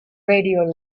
radio